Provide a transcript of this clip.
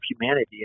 humanity